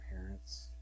parents